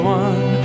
one